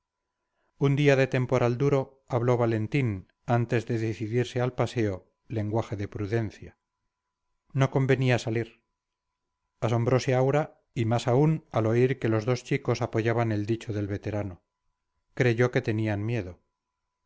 un día de temporal duro habló valentín antes de decidirse al paseo lenguaje de prudencia no convenía salir asombrose aura y más aún al oír que los dos chicos apoyaban el dicho del veterano creyó que tenían miedo